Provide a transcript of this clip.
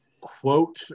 quote